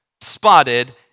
spotted